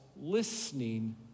listening